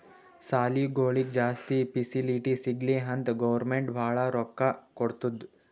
ಸಾಲಿಗೊಳಿಗ್ ಜಾಸ್ತಿ ಫೆಸಿಲಿಟಿ ಸಿಗ್ಲಿ ಅಂತ್ ಗೌರ್ಮೆಂಟ್ ಭಾಳ ರೊಕ್ಕಾ ಕೊಡ್ತುದ್